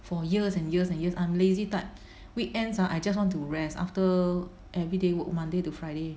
for years and years and years I'm lazy type weekends ah I just want to rest after everyday work Monday to Friday